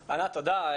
תודה.